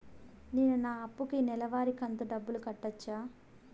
నేను నా అప్పుకి నెలవారి కంతు డబ్బులు కట్టొచ్చా?